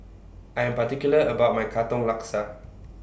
I Am particular about My Katong Laksa